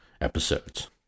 episodes